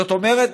זאת אומרת,